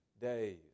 days